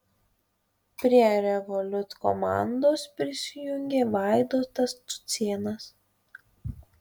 prie revolut komandos prisijungė vaidotas cucėnas